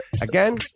Again